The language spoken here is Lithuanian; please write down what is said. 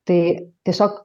tai tiesiog